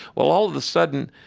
well, all of a sudden,